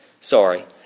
Sorry